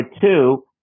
two